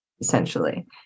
essentially